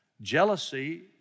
Jealousy